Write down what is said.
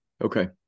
Okay